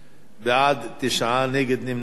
בעד, 9. נגד, נמנעים, אין.